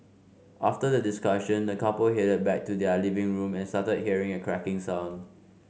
after the discussion the couple headed back to their living room and started hearing a cracking sound